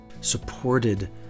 supported